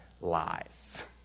lies